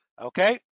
Okay